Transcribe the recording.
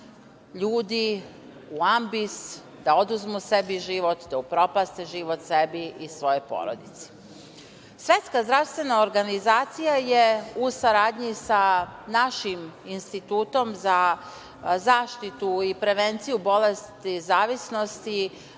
ljudi u ambis da oduzmu sebi život, da upropaste život sebi i svojoj porodici. Svetska zdravstvena organizacija je u saradnji sa našim Institutom za zaštitu i prevenciju bolesti zavisnosti